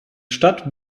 stadt